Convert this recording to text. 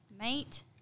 mate